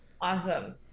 Awesome